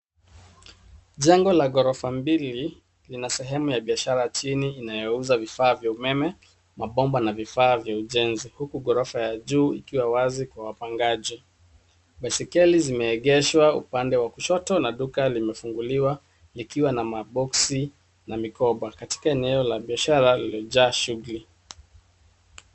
Jengo la ghorofa mbili lina sehemu ya biashara chini inayouza vifaa vya umeme mabomba na vifaa vya ujenzi, huku ghorofa ya juu ikiwa wazi kwa wapangaji, Baiskeli zimeegeshwa upande wa kushoto na duka limefunguliwa likiwa na maboksi na mikoba.